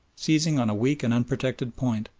seizing on a weak and unprotected point,